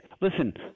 Listen